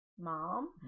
mom